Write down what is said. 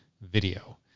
video